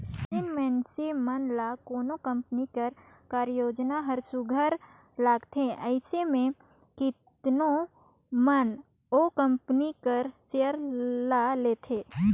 जेन मइनसे मन ल कोनो कंपनी कर कारयोजना हर सुग्घर लागथे अइसे में केतनो मन ओ कंपनी कर सेयर ल लेथे